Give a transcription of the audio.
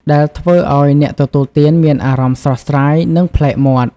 ដែលធ្វើឲ្យអ្នកទទួលទានមានអារម្មណ៍ស្រស់ស្រាយ និងប្លែកមាត់។